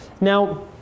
Now